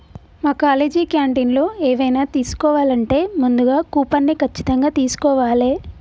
మా కాలేజీ క్యాంటీన్లో ఎవైనా తీసుకోవాలంటే ముందుగా కూపన్ని ఖచ్చితంగా తీస్కోవాలే